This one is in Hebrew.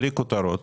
בלי כותרות.